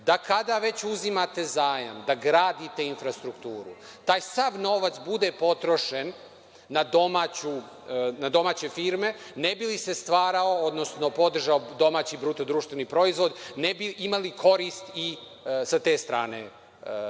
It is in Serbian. da kada već uzimate zajam da gradite infrastrukturu, taj sav novac bude potrošen na domaće firme ne bi li se stvarao, odnosno podržao domaći BDP, ne bi imali korist sa te strane